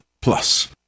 plus